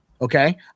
Okay